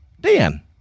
Dan